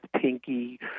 pinky